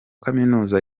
kaminuza